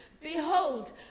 Behold